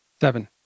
Seven